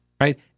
Right